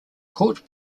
court